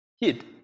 hid